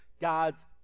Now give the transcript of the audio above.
God's